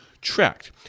tract